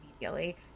immediately